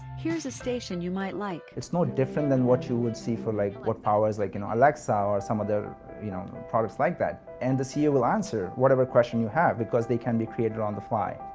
here's a station you might like. it's no different than what you would see for like what powers like you know alexa or some other you know products like that. and the ceo will answer whatever question you have because they can be created on the fly.